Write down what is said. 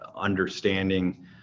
understanding